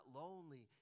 lonely